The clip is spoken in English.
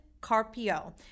Carpio